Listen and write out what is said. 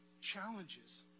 challenges